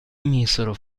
misero